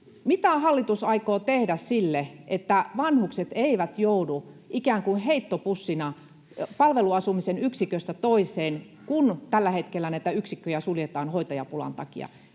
Mitä hallitus aikoo tehdä sille, että vanhukset eivät joudu ikään kuin heittopussina palveluasumisen yksiköstä toiseen, kun tällä hetkellä näitä yksikköjä suljetaan hoitajapulan takia?